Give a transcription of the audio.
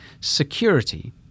security